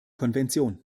konvention